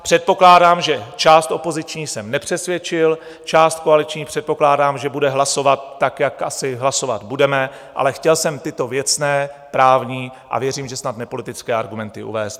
Předpokládám, že část opoziční jsem nepřesvědčil, část koaliční, předpokládám, že bude hlasovat tak, jak asi hlasovat budeme, ale chtěl jsem tyto věcné, právní a věřím, že snad nepolitické argumenty uvést.